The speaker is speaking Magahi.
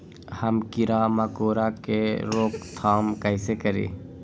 हम किरा मकोरा के रोक थाम कईसे करी?